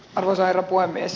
arvoisa herra puhemies